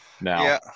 now